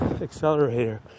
accelerator